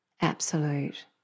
absolute